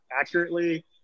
accurately